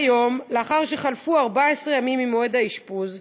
כיום, לאחר שחלפו 14 ימים ממועד האשפוז,